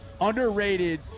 underrated